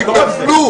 זה לא נכון,